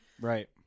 Right